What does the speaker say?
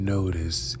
Notice